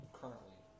currently